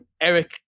Eric